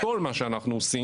אלא בכל מה שאנחנו עושים,